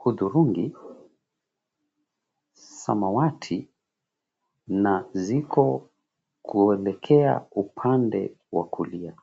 hudhurungi, samawati, na ziko kuelekea upande wa kulia.